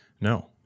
No